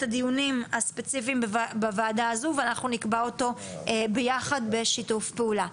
הדיונים הספציפיים בוועדה הזו ואנחנו נקבע אותו ביחד בשיתוף פעולה.